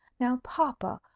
now, papa,